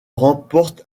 remporte